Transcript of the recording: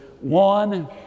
one